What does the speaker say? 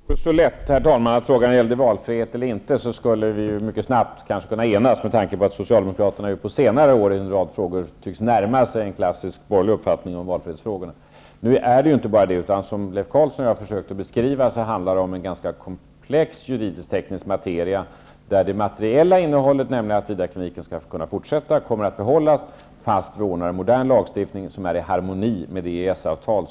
Om det vore så lätt, herr talman, att det gällde valfrihet eller inte, skulle vi mycket snabbt kunna enas, med tanke på att socialdemokraterna på senare år i en rad frågor tycks närma sig en klassisk borgerlig uppfattning om valfrihetsfrågorna. Nu är det ju inte bara det som det handlar om, utan även, som Leif Carlson och jag har försökt att beskriva, en ganska komplex juridisk-teknisk materia. Innehållet i texten kommer även fortsättningsvis att vara att Vidarkliniken skall få fortsätta med sin verksamhet, men att vi fattar beslut om en mer modern lagstiftning, i harmoni med det EES-avtal